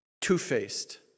two-faced